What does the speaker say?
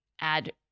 add